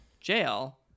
jail